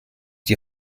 die